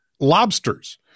lobsters